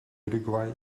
uruguay